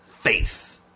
faith